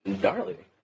Darling